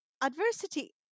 Adversity